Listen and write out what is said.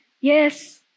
Yes